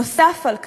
נוסף על כך,